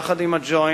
יחד עם ה"ג'וינט",